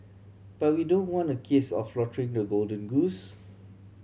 but we don't want a case of slaughtering the golden goose